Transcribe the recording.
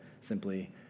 simply